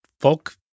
folk